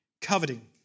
coveting